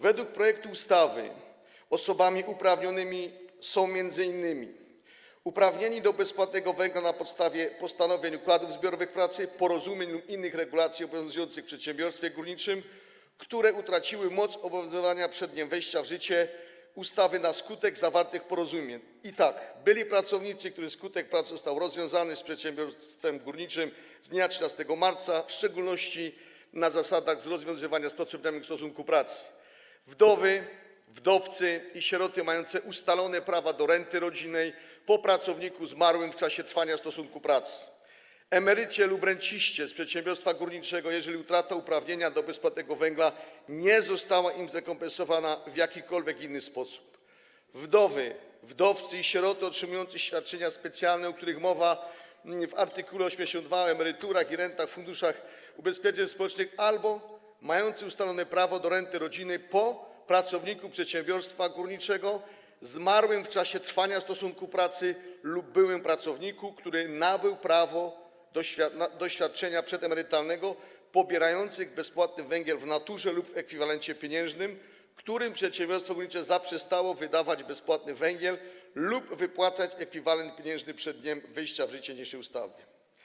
Według projektu ustawy osobami uprawnionymi są m.in. uprawnieni do bezpłatnego węgla na podstawie postanowień układów zbiorowych pracy, porozumień lub innych regulacji obowiązujących w przedsiębiorstwie górniczym, które utraciły moc obowiązującą przed dniem wejścia w życie ustawy, na skutek zawartych porozumień, i tak: byli pracownicy, których stosunek pracy został rozwiązany z przedsiębiorstwem górniczym na podstawie ustawy z dnia 13 marca o szczególnych zasadach rozwiązywania z pracownikami ich stosunków pracy, wdowy, wdowcy i sieroty mający ustalone prawo do renty rodzinnej po pracowniku zmarłym w czasie trwania stosunku pracy, emerycie lub renciście z przedsiębiorstwa górniczego, jeżeli utrata uprawnienia do bezpłatnego węgla nie została im zrekompensowana w jakikolwiek inny sposób, wdowy, wdowcy i sieroty otrzymujący świadczenia specjalne, o których mowa w art. 82 ustawy o emeryturach i rentach z Funduszu Ubezpieczeń Społecznych, albo mający ustalone prawo do renty rodzinnej po pracowniku przedsiębiorstwa górniczego zmarłym w czasie trwania stosunku pracy lub byłym pracowniku, który nabył prawo do świadczenia przedemerytalnego, pobierający bezpłatny węgiel w naturze lub w ekwiwalencie pieniężnym, którym przedsiębiorstwo górnicze zaprzestało wydawać bezpłatny węgiel lub wypłacać ekwiwalent pieniężny przed dniem wejścia w życie niniejszej ustawy.